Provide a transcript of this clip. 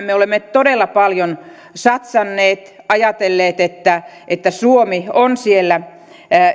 me olemme todella paljon satsanneet ajatelleet että että suomi on siellä